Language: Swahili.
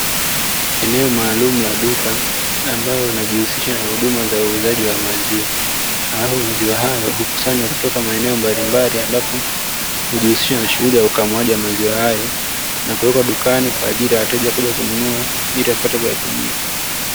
Eneo maalumu la duka ambalo linajihusisha na huduma za uuzaji wa maziwa, ambapo maziwa hayo hukusanywa kutoka maeneo mbalimbali ambapo hujihusisha na shughuli ya ukamuaji wa maziwa hayo, na kuwekwa dukani kwaajili ya wateja kuja kununua ili wapate kuyatumia.